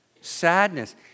sadness